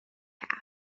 have